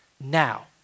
Now